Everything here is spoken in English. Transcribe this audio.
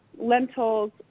lentils